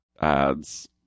ads